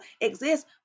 exist